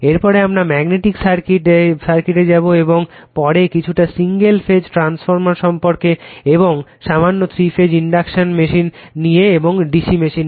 এরপরে আমরা magnetic circuit এ যাবো এবং তার পরে কিছুটা সিঙ্গেল ফেজ ট্রান্সফরমার সম্পর্কে এবং সামান্য থ্রি ফেজ ইন্ডাকশন মেশিন নিয়ে এবং DC মেশিন